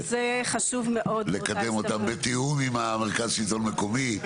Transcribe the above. לקדם אותם בתיאום עם מרכז שלטון מקומי.